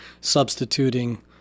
substituting